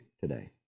today